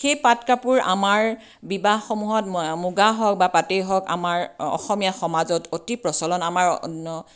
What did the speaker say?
সেই পাট কাপোৰ আমাৰ বিবাহসমূহত মুগাই হওক বা পাটেই হওক আমাৰ অসমীয়া সমাজত অতি প্ৰচলন আমাৰ অন্য